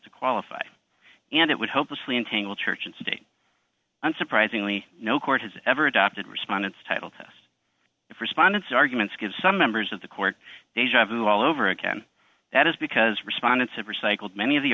to qualify and it would hopelessly entangled church and state unsurprisingly no court has ever adopted respondents titled test respondents arguments give some members of the court deja vu all over again that is because respondents have recycled many of the